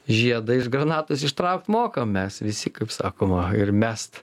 žiedą iš granatos ištraukt mokam mes visi kaip sakoma ir mest